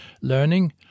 learning